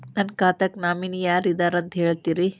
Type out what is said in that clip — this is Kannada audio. ನನ್ನ ಖಾತಾಕ್ಕ ನಾಮಿನಿ ಯಾರ ಇದಾರಂತ ಹೇಳತಿರಿ?